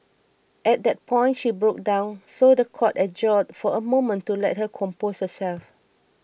at that point she broke down so the court adjourned for a moment to let her compose herself